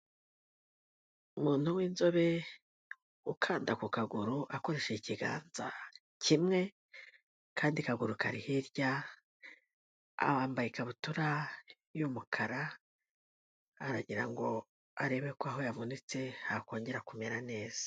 Umuntu w'inzobe ukanda ku kaguru akoresheje ikiganza kimwe, akandi kaguru kari hirya, yabambaye ikabutura y'umukara, aragira ngo arebe ko aho yavunitse hakongera kumera neza.